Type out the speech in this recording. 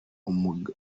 umuganga